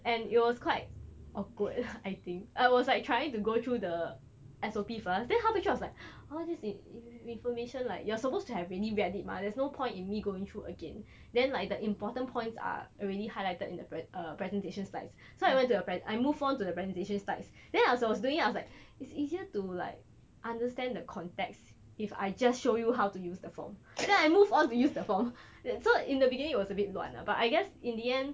and it was quite awkward I think I was like trying to go through the S_O_P first then halfway through I was like !huh! this is information like you are supposed to have already read it mah there's no point in me going through again then like the important points are already highlighted in the pre~ uh presentation slides so I went to friend I move on to the presentation slides then I was when I was doing it I was like it's easier to like understand the context if I just show you how to use the form then I move on to use the form that so in the beginning it was a bit 乱 ah but I guess in the end